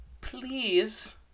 please